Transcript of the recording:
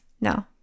no